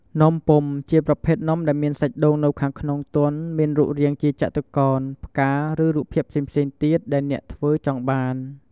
នំពុម្ពជាប្រភេទនំដែលសាច់ដូងនៅខាងក្នុង ទន់ មានរូបរាងជាចតុកោណ ផ្កាឬ រូបភាពផ្សេងៗទៀតដែលអ្នកធ្វើចង់បាន។